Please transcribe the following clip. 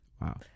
Wow